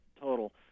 total